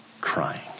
crying